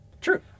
True